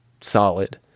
solid